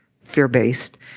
fear-based